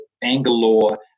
Bangalore